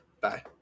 Bye